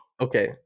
Okay